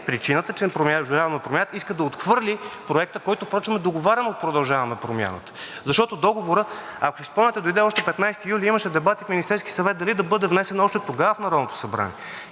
причината не е „Продължаваме Промяната“ да иска да отхвърли проекта, който впрочем е договарян от „Продължаваме Промяната“. Защото договорът, ако си спомняте, дойде още на 15 юли – имаше дебати в Министерския съвет, дали да бъде внесен още тогава в Народното събрание.